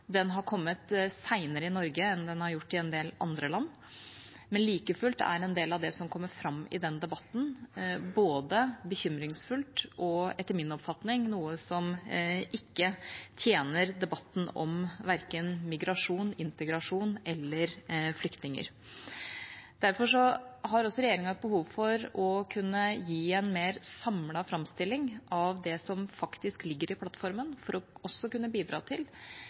Den har kommet senere i Norge enn den har gjort i en del andre land, men like fullt er en del av det som kommer fram i den debatten, både bekymringsfullt og – etter min oppfatning – noe som ikke tjener debatten om verken migrasjon, integrasjon eller flyktninger. Derfor har regjeringa et behov for å kunne gi en mer samlet framstilling av det som faktisk ligger i plattformen, også for å kunne bidra til